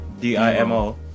D-I-M-O